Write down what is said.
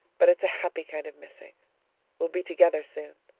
but it's a happy kind of missing we'll be together soon.